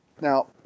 Now